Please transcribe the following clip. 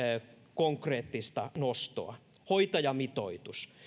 konkreettista nostoa hoitajamitoitus